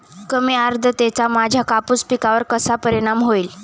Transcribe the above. कमी आर्द्रतेचा माझ्या कापूस पिकावर कसा परिणाम होईल?